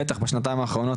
בטח בשנתיים האחרונות,